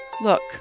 Look